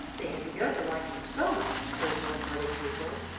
they had begun to like him so much, those warm-hearted people,